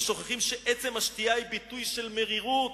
ושוכחים שעצם השתייה היא ביטוי של מרירות,